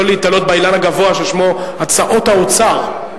לא להיתלות באילן הגבוה ששמו "הצעות האוצר".